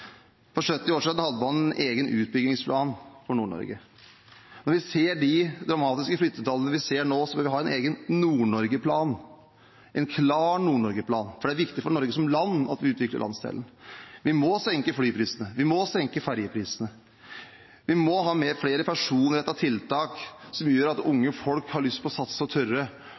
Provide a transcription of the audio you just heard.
For 70 år siden hadde man en egen utbyggingsplan for Nord-Norge. Når vi ser de dramatiske flyttetallene som vi ser nå, vil vi ha en egen Nord-Norge-plan, en klar Nord-Norge-plan, for det er viktig for Norge som land at vi utvikler landsdelen. Vi må senke flyprisene. Vi må senke ferjeprisene. Vi må ha flere personrettede tiltak som gjør at unge folk har lyst til å satse og tørre